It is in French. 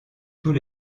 tous